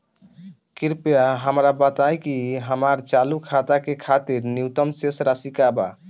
कृपया हमरा बताइ कि हमार चालू खाता के खातिर न्यूनतम शेष राशि का बा